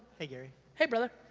hey, gary. hey, brother.